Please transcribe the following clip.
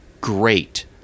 Great